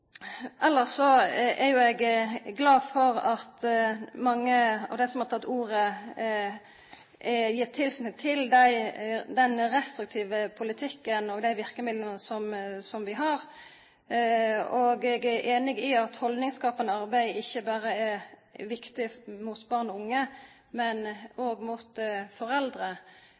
er eg glad for at mange av dei som har hatt ordet, har gjeve tilslutnad til den restriktive politikken og dei verkemidla som vi har, og eg er einig i at haldningsskapande arbeid ikkje berre er viktig overfor barn og unge, men òg overfor foreldre.